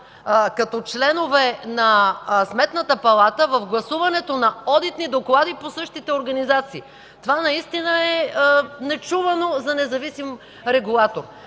като членове на Сметната палата в гласуването на одитни доклади по същите организации. Това наистина е нечувано за независим регулатор.